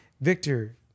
Victor